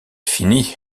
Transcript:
fini